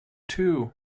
too